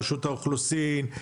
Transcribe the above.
רשות האוכלוסין,